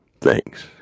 Thanks